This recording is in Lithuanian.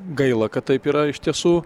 gaila kad taip yra iš tiesų